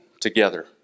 together